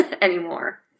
anymore